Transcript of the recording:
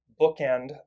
bookend